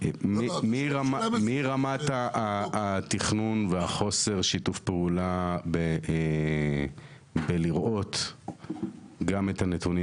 מרמת התכנון וחוסר שיתוף הפעולה בלראות גם את הנתונים